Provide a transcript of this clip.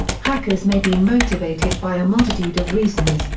hackers may be motivated by a multitude of reasons,